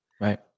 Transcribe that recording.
Right